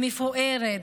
המפוארת,